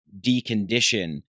decondition